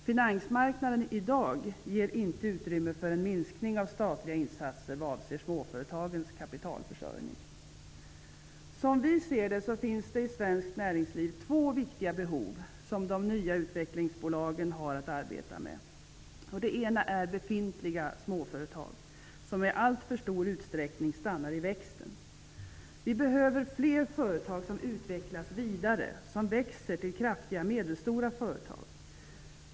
Finansmarknaden av i dag ger inte utrymme för en minskning av statliga insatser vad avser småföretagens kapitalförsörjning. Som vi ser det finns det i svenskt näringsliv två viktiga behov som de nya utvecklingbolagen har att arbeta med. Det ena är behovet av att utveckla befintliga småföretag som i alltför stor utsträckning stannar i växten. Vi behöver fler företag som utvecklas vidare, som växer till kraftiga medelstora företag.